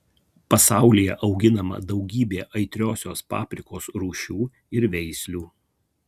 pasaulyje auginama daugybė aitriosios paprikos rūšių ir veislių